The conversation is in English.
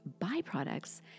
byproducts